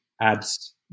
adds